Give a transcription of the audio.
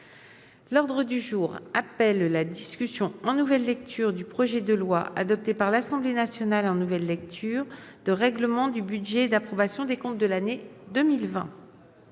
L'ordre du jour appelle la discussion en nouvelle lecture du projet de loi, adopté par l'Assemblée nationale en nouvelle lecture, de règlement du budget et d'approbation des comptes de l'année 2020